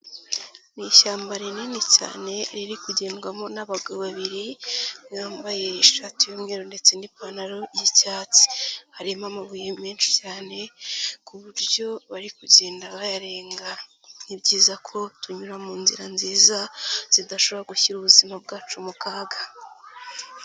Ni ishyamba rinini cyane, riri kugendwamo n'abagabo babiri, umwe wambaye ishati y'umweru ndetse n'ipantaro y'icyatsi, harimo amabuye menshi cyane, ku buryo bari kugenda bayarenga, ni byiza ko tunyura mu nzira nziza, zidashobora gushyira ubuzima bwacu mu kaga.